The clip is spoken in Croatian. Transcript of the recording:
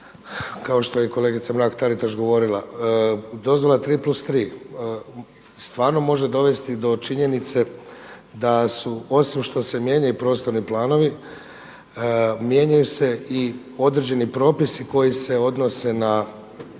kao što je kolegica Mrak Taritaš govorila, dozvola tri plus tri stvarno može dovesti do činjenice da su osim što se mijenjaju prostorni planovi mijenjaju se i određeni propisi koji se odnose na